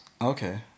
Okay